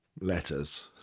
letters